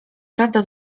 prawda